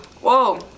Whoa